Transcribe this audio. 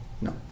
No